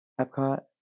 Epcot